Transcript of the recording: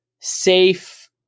safe